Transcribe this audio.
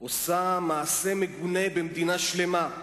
עושה מעשה מגונה במדינה שלמה,